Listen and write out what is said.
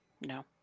No